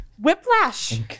Whiplash